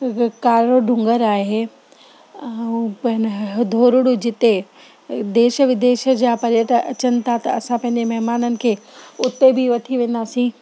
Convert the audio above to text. वि वि कारो डूंगर आहे धोरुड़ू जिते देश विदेश जा पर्यटक अचनि था त असां पंहिंजे महिमाननि खे उते बि वठी वेंदासीं